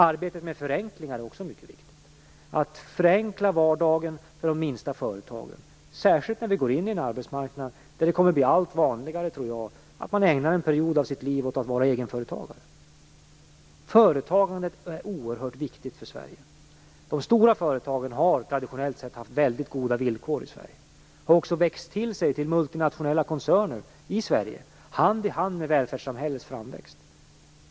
Arbetet med förenklingar är också mycket viktigt, dvs. att förenkla vardagen för de minsta företagen, särskilt när vi går in i en arbetsmarknad där det kommer att bli allt vanligare att man ägnar en period av sitt liv åt att vara egenföretagare. Företagandet är oerhört viktigt för Sverige. De stora företagen har traditionellt sett haft väldigt goda villkor i Sverige. De har också växt till sig till multinationella koncerner i Sverige, hand i hand med välfärdssamhället.